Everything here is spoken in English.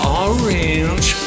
orange